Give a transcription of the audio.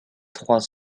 trois